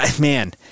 man